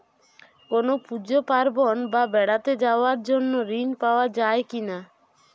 কোনো পুজো পার্বণ বা বেড়াতে যাওয়ার জন্য ঋণ পাওয়া যায় কিনা?